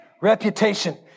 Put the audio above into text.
reputation